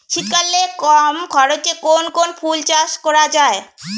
শীতকালে কম খরচে কোন কোন ফুল চাষ করা য়ায়?